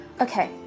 Okay